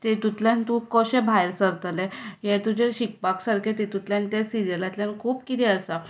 तितूंतल्यान तूं कशें भायर सरतलें हें शिकपा सारकें त्तुया सिरिसंतल्यान खूब कितें आसा